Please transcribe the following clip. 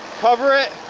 cover it,